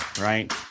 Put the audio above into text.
right